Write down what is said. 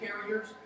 carriers